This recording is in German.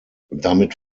damit